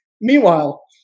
Meanwhile